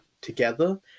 together